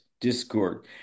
discord